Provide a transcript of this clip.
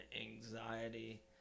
anxiety